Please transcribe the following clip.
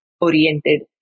oriented